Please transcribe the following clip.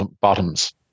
bottoms